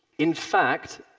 in fact,